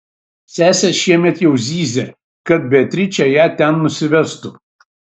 sesė šiemet jau zyzė kad beatričė ją ten nusivestų